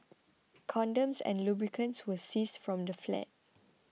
condoms and lubricants were seized from the flat